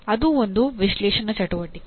ಅದೂ ಒಂದು ವಿಶ್ಲೇಷಣಾ ಚಟುವಟಿಕೆ